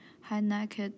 High-necked